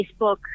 Facebook